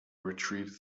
retrieved